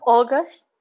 August